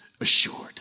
assured